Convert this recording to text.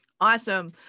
Awesome